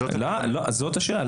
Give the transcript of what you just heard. זאת השאלה.